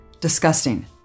disgusting